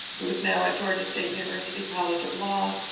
who is now at georgia state university college of law.